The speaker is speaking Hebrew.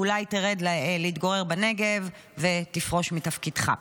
אולי תרד להתגורר בנגב ותפרוש מתפקידך.